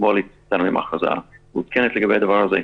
אתמול הייתה הכרזה מעודכנת לגבי הדבר הזה.